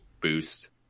boost